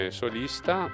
solista